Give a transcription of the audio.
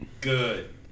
good